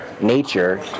Nature